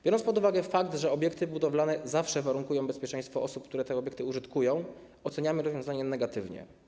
Biorąc pod uwagę fakt, że obiekty budowlane zawsze warunkują bezpieczeństwo osób, które te obiekty użytkują, to rozwiązanie oceniamy negatywnie.